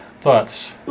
thoughts